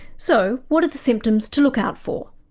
so what are the symptoms to look out for?